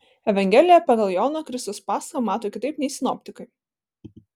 evangelija pagal joną kristaus paschą mato kitaip nei sinoptikai